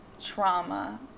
trauma